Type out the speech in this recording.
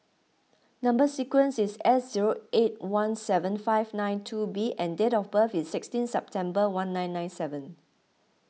Number Sequence is S zero eight one seven five nine two B and date of birth is sixteen September one nine nine seven